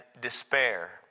despair